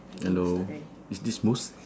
hello is this mus